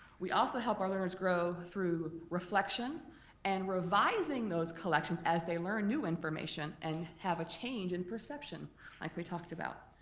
we also help our learners grow through reflection and revising those collections as they learn new information and have a change in perception like we talked about.